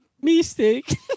Mistake